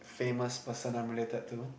famous person I'm related to